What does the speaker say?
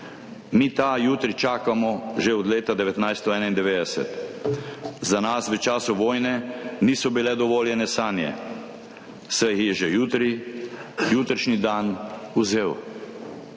Mi ta jutri čakamo že od leta 1991. Za nas v času vojne niso bile dovoljene sanje, saj jih je že jutrišnji dan vzel.